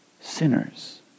sinners